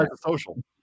social